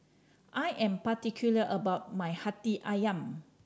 I am particular about my Hati Ayam